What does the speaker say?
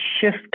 shift